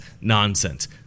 nonsense